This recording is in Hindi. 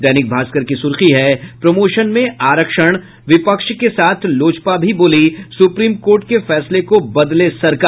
दैनिक भास्कर की सुर्खी है प्रमोशन में आरक्षण विपक्ष के साथ लोजपा भी बोली सुप्रीम कोर्ट के फैसले को बदले सरकार